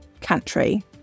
country